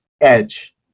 Edge